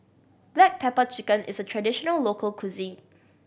black pepper chicken is a traditional local cuisine